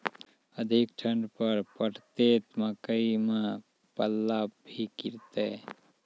अधिक ठंड पर पड़तैत मकई मां पल्ला भी गिरते?